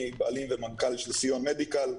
אני בעלים ומנכ"ל של שיאון מדיקל,